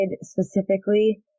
specifically